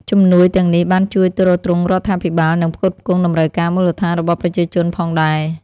ជំនួយទាំងនេះបានជួយទ្រទ្រង់រដ្ឋាភិបាល និងផ្គត់ផ្គង់តម្រូវការមូលដ្ឋានរបស់ប្រជាជនផងដែរ ។